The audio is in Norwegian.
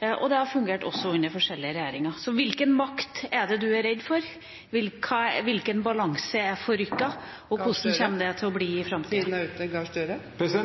godt. Det har fungert også under forskjellige regjeringer. Så hvilken makt er det han er redd for? Hvilken balanse er forrykket, og hvordan kommer det til å bli i framtida?